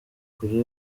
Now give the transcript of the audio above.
kure